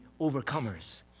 overcomers